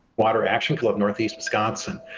water action club, northeast, wisconsin.